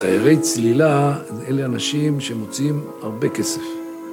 תיירי צלילה אלה אנשים שמוציאים הרבה כסף.